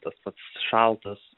tas pats šaltas